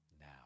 now